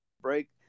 break